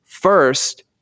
First